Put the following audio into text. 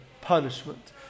punishment